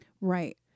Right